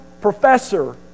professor